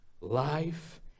Life